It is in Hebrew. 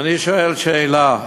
ואני שואל שאלה: